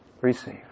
Receive